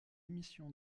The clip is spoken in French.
émission